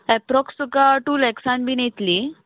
approx तुका two लॅक्सान बीन येतली